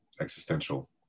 existential